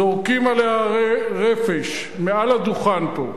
זורקים עליה רפש מעל הדוכן פה,